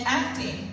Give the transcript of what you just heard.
acting